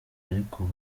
ariko